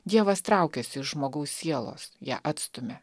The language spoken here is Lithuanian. dievas traukiasi iš žmogaus sielos ją atstumia